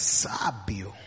sábio